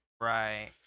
Right